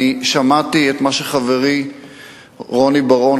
אני שמעתי את מה שחברי רוני בר-און,